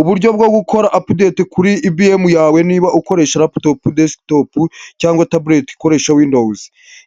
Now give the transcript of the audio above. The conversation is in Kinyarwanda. Uburyo bwo gukora apudeti kuri EBM yawe niba ukoresha laptop, destop cyangwa tablet ikoresha windows